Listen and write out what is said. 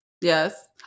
Yes